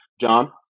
John